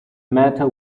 matter